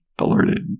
alerted